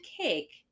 cake